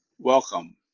Welcome